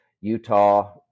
Utah